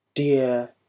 Dear